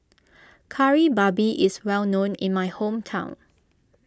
Kari Babi is well known in my hometown